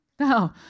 no